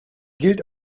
gilt